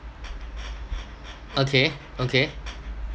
okay okay